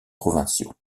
provinciaux